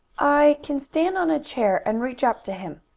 i can stand on a chair and reach up to him,